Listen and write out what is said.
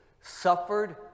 suffered